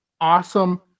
awesome